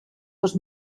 dos